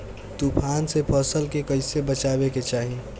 तुफान से फसल के कइसे बचावे के चाहीं?